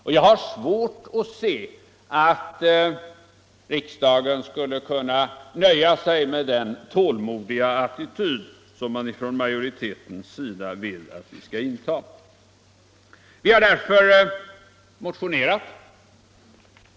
Och jag har svårt att se att riksdagen skulle kunna nöja sig med den tålmodiga attityd som utskottsmajoriteten vill att vi skall inta. Vi har därför motionerat.